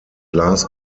glas